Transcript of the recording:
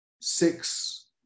six